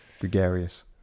Gregarious